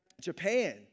Japan